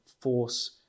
force